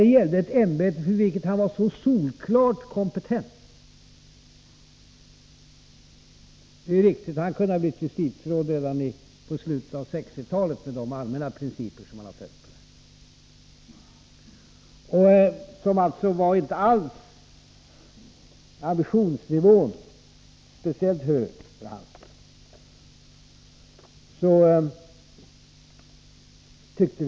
Det gällde ett ämbete för vilket han var solklart kompetent. Han kunde ha blivit justitieråd redan i slutet av 1960-talet på basis av de allmänna principer som man brukar följa. Ambitionsnivån var alltså inte speciellt hög för hans del.